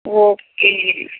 okay